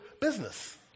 business